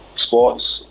sports